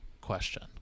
question